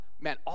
Man